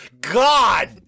God